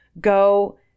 go